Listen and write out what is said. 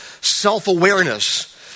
self-awareness